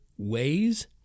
Ways